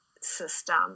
system